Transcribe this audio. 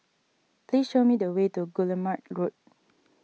please show me the way to Guillemard Road